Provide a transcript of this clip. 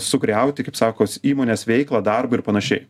sugriauti kaip sakos įmonės veiklą darbą ir panašiai